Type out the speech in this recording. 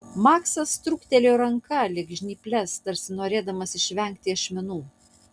maksas trūktelėjo ranką lyg žnyples tarsi norėdamas išvengti ašmenų